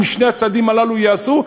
אם שני הצעדים הללו ייעשו,